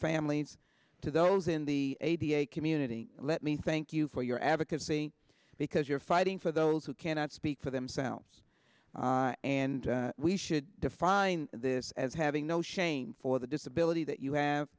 families to those in the a b a community let me thank you for your advocacy because you're fighting for those who cannot speak for themselves and we should define this as having no shame for the disability that you have